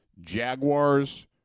Jaguars